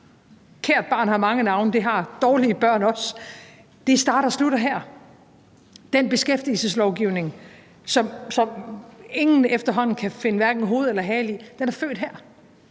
kært barn har mange navne, og det har dårlige børn også – starter og slutter her. Den beskæftigelseslovgivning, som ingen efterhånden kan finde hverken hoved eller hale i, er født her,